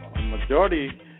majority